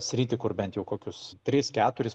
sritį kur bent jau kokius tris keturis